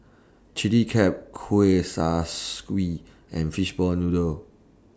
Chilli Crab Kueh Kaswi and Fishball Noodle